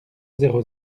zéro